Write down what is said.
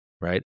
right